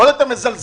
עוד יותר מזלזלת,